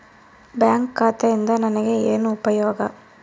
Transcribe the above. Bank ಖಾತೆಯಿಂದ ನನಗೆ ಏನು ಉಪಯೋಗ?